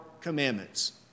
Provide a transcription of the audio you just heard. commandments